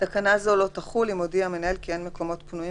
(ג)תקנה זו לא תחול אם הודיע המנהל כי אין מקומות פנויים